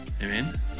Amen